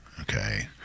okay